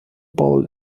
bowl